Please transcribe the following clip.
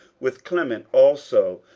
with clement also,